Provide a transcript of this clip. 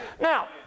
Now